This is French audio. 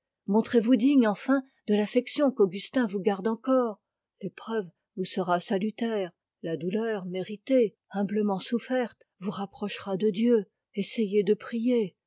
montrez-vous digne enfin de l'affection qu'augustin vous garde encore l'épreuve vous sera salutaire la douleur méritée humblement soufferte vous rapprochera de dieu essayez de prier